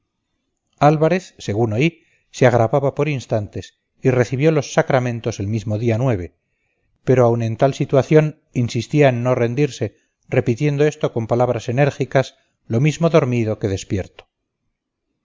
álvarez según oí se agravaba por instantes y recibió los sacramentos el mismo día pero aun en tal situación insistía en no rendirse repitiendo esto con palabras enérgicas lo mismo dormido que despierto